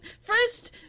first